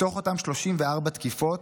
מתוך אותן 34 תקיפות,